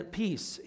peace